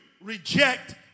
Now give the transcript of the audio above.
reject